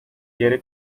geri